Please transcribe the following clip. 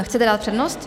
Chcete dát přednost?